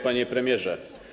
Panie Premierze!